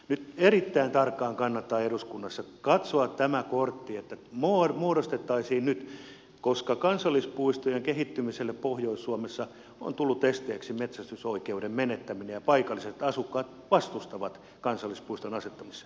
nyt erittäin tarkkaan kannattaa eduskunnassa katsoa tämä kortti että muodostettaisiin tämä nyt koska kansallispuistojen kehittymiselle pohjois suomessa on tullut esteeksi metsästysoikeuden menettäminen ja paikalliset asukkaat vastustavat kansallispuiston asettamista